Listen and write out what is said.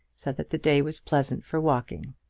so that the day was pleasant for walking.